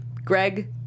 Greg